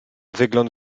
wygląd